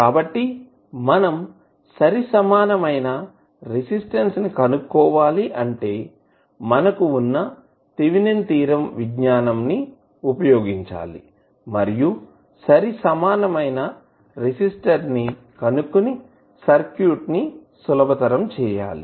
కాబట్టి మనం సరి సమానమైన రెసిస్టెన్స్ ని కనుక్కోవాలి అంటే మనకు వున్నా థేవినిన్ థీరం విజ్ఞానం ని ఉపయోగించాలి మరియు సరి సమానమైన రెసిస్టెన్స్ ని కనుక్కుని సర్క్యూట్ ని సులభతరం చేయాలి